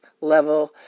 level